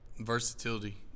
versatility